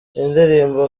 indirimbo